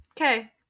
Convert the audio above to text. Okay